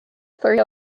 three